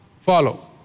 follow